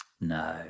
No